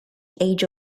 age